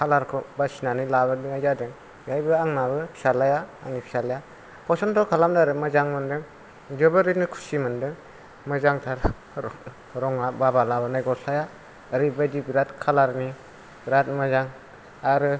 कालारखौ बासिनानै लाबोनाय जादों बेहायबो आंनाबो फिसाज्लाया आंनि फिसाज्लाया पसन्द खालामदों आरो मोजां मोनदों जोबोरैनो खुसि मोनदों मोजांथार रंआ बाबा लाबोनाय गस्लाया ओरैबादि बिराद कालार नि बिराद मोजां आरो